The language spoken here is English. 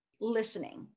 listening